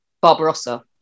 Barbarossa